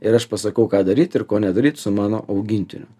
ir aš pasakau ką daryt ir ko nedaryt su mano augintiniu